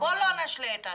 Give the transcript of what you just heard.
ובוא לא נשלה את עצמנו,